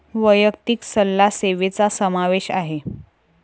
वैयक्तिक सल्ला सेवेचा समावेश आहे